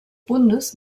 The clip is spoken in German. bundes